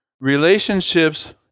relationships